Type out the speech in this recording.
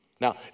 Now